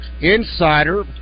insider